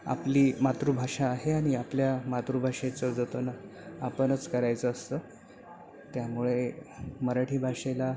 आपली मातृभाषा आहे आणि आपल्या मातृभाषेचं जतन आपणच करायचं असतं त्यामुळे मराठी भाषेला